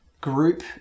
group